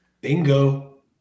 bingo